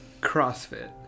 crossfit